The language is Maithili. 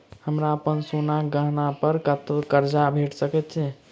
हमरा अप्पन सोनाक गहना पड़ कतऽ करजा भेटि सकैये?